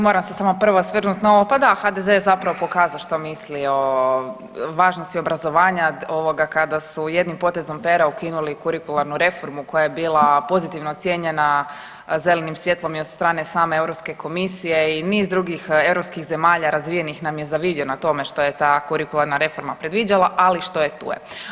Moram se stvarno prvo osvrnut na ovo, pa da HDZ je zapravo pokazao što misli o važnosti obrazovanja ovoga kada su jednim potezom pera ukinuli kurikularnu reformu koja je bila pozitivno ocijenjena zelenim svjetlom i od strane same Europske komisije i niz drugih europskih zemalja razvijenih nam je zavidio na tome što je ta kurikularna reforma predviđala, ali što je tu je.